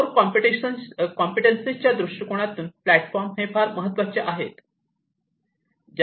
core कॉम्पिटन्सीसच्या दृष्टिकोनातून platform हे फार महत्त्वाचे आहेत